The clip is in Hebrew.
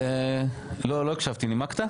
לא הקשבתי, נימקת?